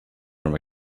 from